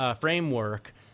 framework